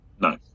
No